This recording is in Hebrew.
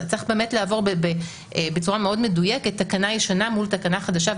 צריך לעבור בצורה מאוד מדויקת תקנה ישנה מול תקנה חדשה,